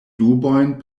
dubojn